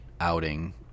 outing